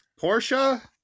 Porsche